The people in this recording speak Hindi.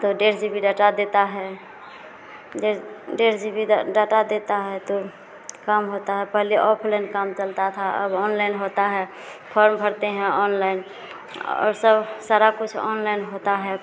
तो डेढ़ जी बी डाटा देता है डेढ़ डेढ़ जी बी डाटा देता है तो काम होता है पहले ऑफ़लाइन काम चलता था अब ऑनलाइन होता है फॉर्म भरते हैं ऑनलाइन और सब सारा कुछ ऑनलाइन होता है